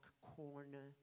corner